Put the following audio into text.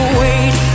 wait